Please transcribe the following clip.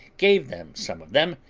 gave them some of them,